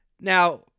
Now